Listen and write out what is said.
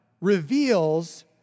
reveals